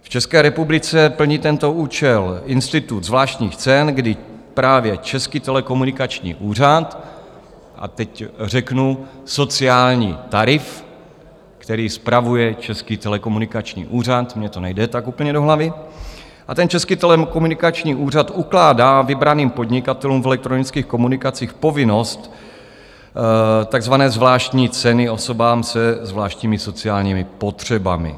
V České republice plní tento účel institut zvláštních cen, kdy právě Český telekomunikační úřad, a teď řeknu sociální tarif, který spravuje Český telekomunikační úřad mně to nejde tak úplně do hlavy a ten Český telekomunikační úřad ukládá vybraným podnikatelům v elektronických komunikacích povinnost takzvané zvláštní ceny osobám se zvláštními sociálními potřebami.